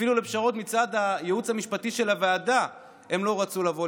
אפילו לקראת פשרות מצד הייעוץ המשפטי של הוועדה הם לא רצו לבוא,